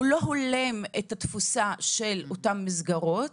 הוא לא הולם את התפוסה של אותן מסגרות.